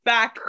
Back